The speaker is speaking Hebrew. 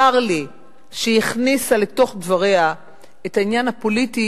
צר לי שהיא הכניסה לתוך דבריה את העניין הפוליטי.